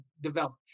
develop